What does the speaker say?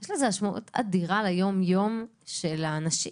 יש לזה משמעות אדירה ליום-יום של האנשים.